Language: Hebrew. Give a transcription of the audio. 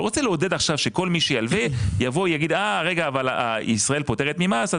אני לא רוצה לעודד עכשיו שכל מי שילווה יבוא ויגיד שישראל פוטרת ממס,